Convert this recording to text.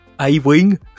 A-wing